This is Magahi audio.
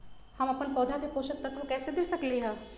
हम अपन पौधा के पोषक तत्व कैसे दे सकली ह?